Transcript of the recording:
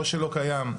או שלא קיים,